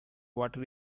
water